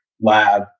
lab